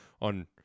on